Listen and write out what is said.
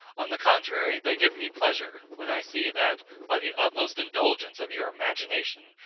on the contrary, they give me pleasure, when i see, that, by the utmost indulgence of your imagination,